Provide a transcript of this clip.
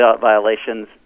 violations